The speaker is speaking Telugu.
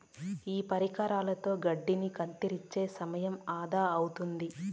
ఈ పరికరంతో గడ్డిని కత్తిరించే సమయం ఆదా అవుతాది